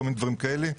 דברים כאלה,